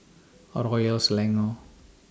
Royal Selangor